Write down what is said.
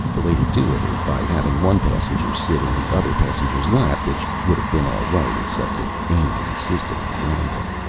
the way to do it is by having one passenger sit in the other passenger's lap, which would have been all right except that amy insisted on driving.